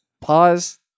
pause